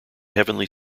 heavenly